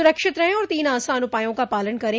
सुरक्षित रहें और तीन आसान उपायों का पालन करें